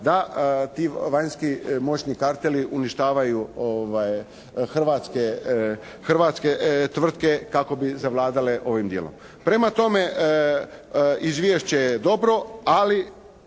da ti vanjski moćni karteli uništavaju hrvatske tvrtke kako bi zavladale ovim dijelom. Prema tome, Izvješće je dobro, ali